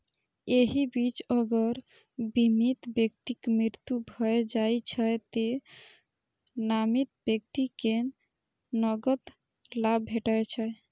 एहि बीच अगर बीमित व्यक्तिक मृत्यु भए जाइ छै, तें नामित व्यक्ति कें नकद लाभ भेटै छै